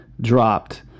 dropped